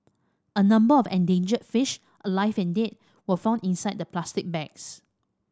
a number of endangered fish alive and dead were found inside the plastic bags